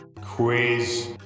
Quiz